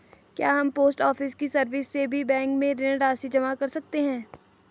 क्या हम post office की सर्विस से भी बैंक में ऋण राशि जमा कर सकते हैं?